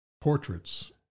portraits